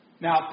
Now